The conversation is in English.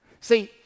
See